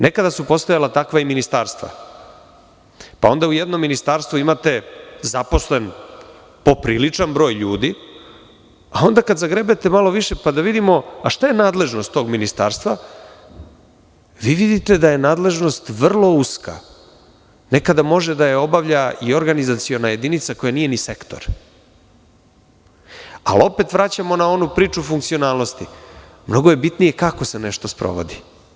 Nekada su postojala i takva ministarstva, pa onda u jednom ministarstvu imate popriličan broj ljudi, a onda kada zagrebete malo više, da vidimo šta je nadležnost tog ministarstva, vi vidite da je nadležnost vrlo uska, nekada može da je obavlja i organizaciona jedinica koja nije ni sektor, ali opet vraćamo na onu priču funkcionalnosti i mnogo je bitnije kako se nešto sprovodi.